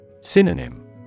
Synonym